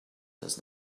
does